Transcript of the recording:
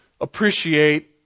appreciate